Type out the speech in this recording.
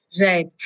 Right